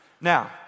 now